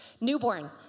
Newborn